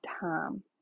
time